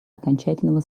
окончательного